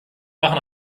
machen